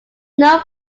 known